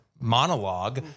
monologue